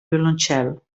violoncel